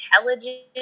intelligent